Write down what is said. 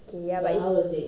okay ya but it's